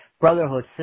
Brotherhood